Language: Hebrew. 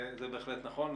זה בהחלט נכון.